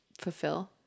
fulfill